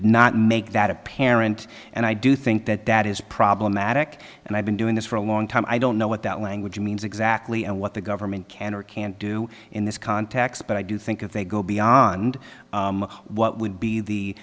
not make that apparent and i do think that that is problematic and i've been doing this for a long time i don't know what that language means exactly and what the government can or can't do in this context but i do think if they go beyond what would be the